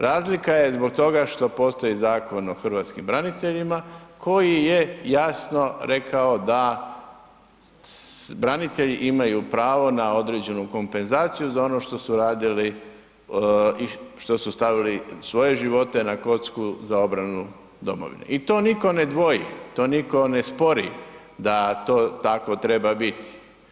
Razlika je zbog toga što postoji Zakon o hrvatskim braniteljima koji je jasno rekao da branitelji imaju pravo na određenu kompenzaciju za ono što su radili, što su stavili svoje živote na kocku za obranu domovine i to nitko ne dvoji, to nitko ne spori da to tako treba biti.